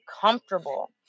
comfortable